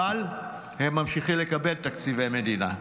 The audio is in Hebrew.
אבל הם ממשיכים לקבל תקציבי מדינה.